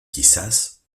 quizás